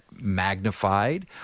magnified